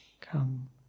come